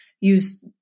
use